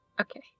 Okay